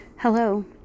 Hello